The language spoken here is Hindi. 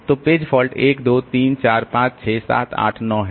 तो पेज फॉल्ट 1 2 3 4 5 6 7 8 9 है